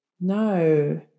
No